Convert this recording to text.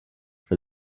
for